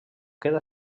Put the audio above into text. queda